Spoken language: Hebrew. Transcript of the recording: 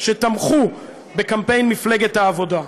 שתמכו בקמפיין של מפלגת העבודה.